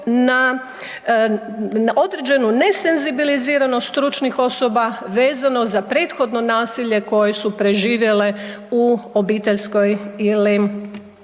na određenu nesenzibiliziranost stručnih osoba vezano za prethodno nasilje koje su preživjele u obiteljskoj ili